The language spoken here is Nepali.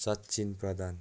सचिन प्रधान